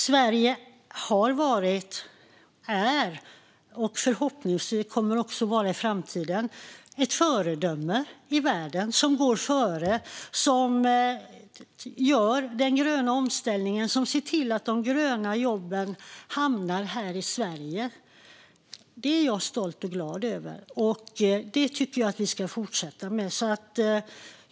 Sverige har varit, är och kommer förhoppningsvis även i framtiden att vara ett föredöme i världen - ett land som går före, som genomför den gröna omställningen och som ser till att de gröna jobben hamnar här i Sverige. Det är jag stolt och glad över, och det tycker jag att vi ska fortsätta med.